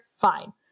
fine